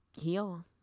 heal